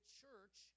church